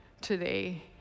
today